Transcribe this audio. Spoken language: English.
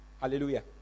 Hallelujah